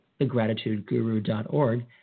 thegratitudeguru.org